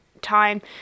time